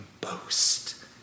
boast